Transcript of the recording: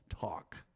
talk